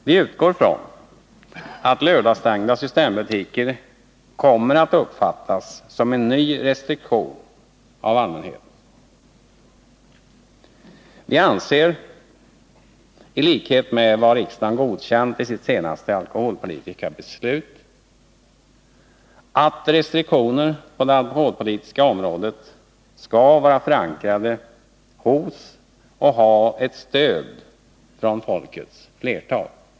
Vi utgår från att lördagsstängda systembutiker av allmänheten kommer att uppfattas som en ny restriktion. Vi anser, i enlighet med vad riksdagen godkänt i sitt senaste alkoholpolitiska beslut, att restriktioner på det alkoholpolitiska området skall vara förankrade hos och ha ett stöd från folkets flertal.